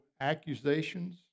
accusations